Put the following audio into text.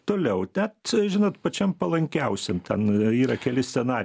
toliau tet žinot pačiam palankiausiam ten yra keli scena